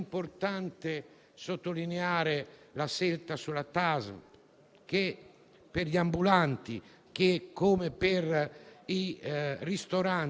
un intervento robusto sui lavoratori fragili, perché è giusto. Parliamo dei lavoratori veramente fragili, quelli più a